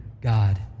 God